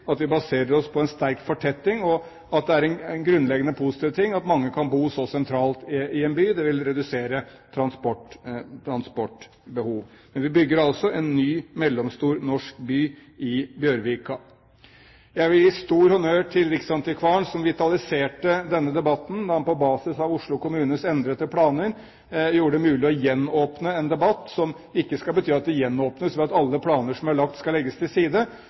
at vi baserer oss på en sterk fortetting, og det er grunnleggende positivt at mange kan bo så sentralt i en by. Det vil redusere transportbehovet. Vi bygger altså en ny mellomstor norsk by i Bjørvika. Jeg vil gi stor honnør til Riksantikvaren, som vitaliserte denne debatten da han på basis av Oslo kommunes endrede planer gjorde det mulig å gjenåpne en debatt, som ikke betyr at den gjenåpnes ved at alle planer som er lagt, skal legges til side,